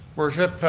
we're hip,